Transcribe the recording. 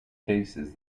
cases